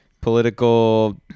political